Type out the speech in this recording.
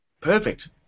perfect